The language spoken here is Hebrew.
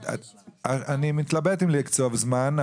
אני מתלבט אם לקצוב זמן,